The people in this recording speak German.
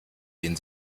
den